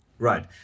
right